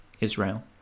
Israel